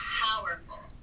powerful